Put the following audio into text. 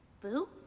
Boo